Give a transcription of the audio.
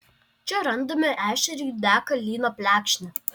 čia randame ešerį lydeką lyną plekšnę